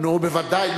נו, בוודאי.